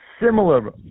similar